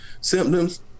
symptoms